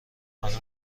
خانم